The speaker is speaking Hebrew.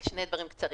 רק שני דברים קצרים.